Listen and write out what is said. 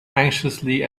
anxiously